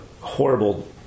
horrible